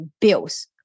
bills